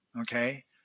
Okay